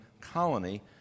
colony